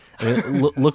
look